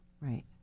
Right